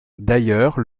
d’ailleurs